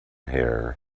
hair